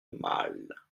mâle